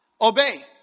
Obey